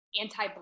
anti